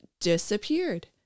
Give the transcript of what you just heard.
disappeared